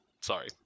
Sorry